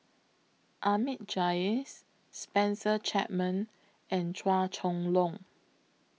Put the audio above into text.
Ahmad Jais Spencer Chapman and Chua Chong Long